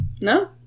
No